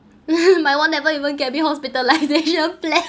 my one never even get me hospitalisation plan